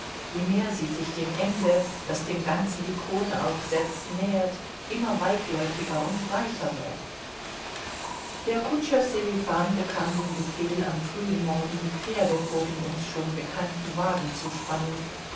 je mehr sie sich dem ende das dem ganzen die krone aufsetzt nähert immer weitläufiger und breiter werden wird der kutscher sselifan bekam den befehl am frühen morgen die pferde vor den uns schon bekannten wagen zu spannen